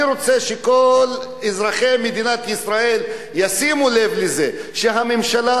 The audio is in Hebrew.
אני רוצה שכל אזרחי מדינת ישראל ישימו לב לזה שהממשלה